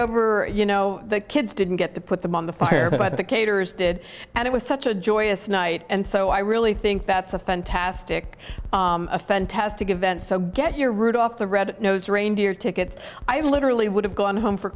over you know the kids didn't get to put them on the fire but the caterers did and it was such a joyous night and so i really think that's a fantastic a fantastic event so get your rudolph the red nosed reindeer ticket i literally would have gone home for